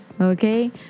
okay